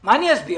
מה עמדתכם?